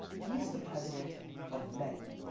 he is the president of meti,